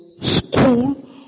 school